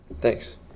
thanks